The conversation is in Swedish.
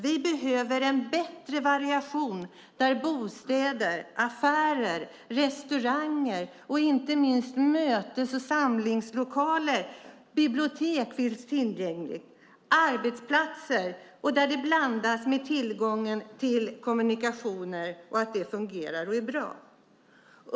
Vi behöver en bättre variation där bostäder, affärer, restauranger och inte minst mötes och samlingslokaler och bibliotek finns tillgängliga, liksom arbetsplatser och därtill tillgången till kommunikationer som fungerar och är bra.